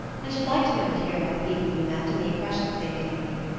i should like to know and hear about the people you met, and the impressions they made on you.